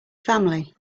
family